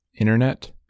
internet